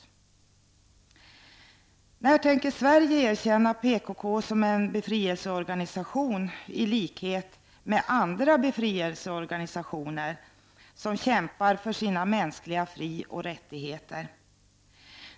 När tänker Sverige erkänna PKK som en befrielseorganisation i likhet med andra befrielseorganisationer som kämpar för sina mänskliga frioch rättigheter?